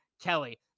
Kelly